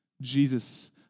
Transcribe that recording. Jesus